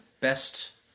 best